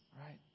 right